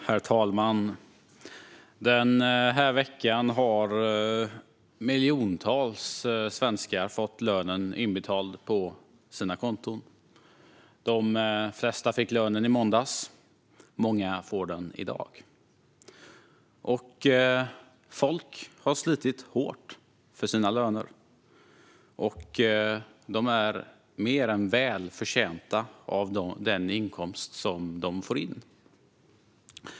Herr talman! Den här veckan har miljontals svenskar fått lönen inbetald på sina konton. De flesta fick lönen i måndags. Många får den i dag. Folk har slitit hårt för sina löner. Och de är mer än väl förtjänta av den inkomst de får in.